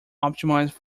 optimized